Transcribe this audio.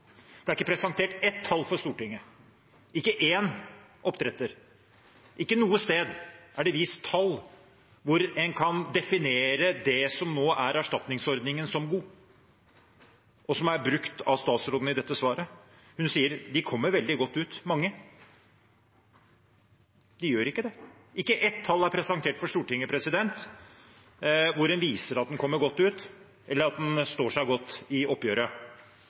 Det er ikke presentert ett tall for Stortinget, ikke én oppdretter. Ikke noe sted er det vist til tall hvor en kan definere det som nå er erstatningsordningen, som god, og som er brukt av statsråden i dette svaret. Hun sier: De kommer veldig godt ut, mange. De gjør ikke det. Ikke ett tall er presentert for Stortinget hvor en viser at en kommer godt ut, eller at en står seg godt i oppgjøret.